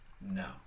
No